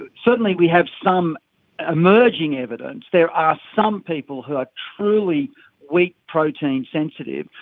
certainly we have some emerging evidence there are some people who are truly wheat protein sensitive,